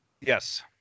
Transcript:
Yes